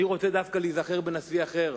אני רוצה דווקא להיזכר בנשיא אחר,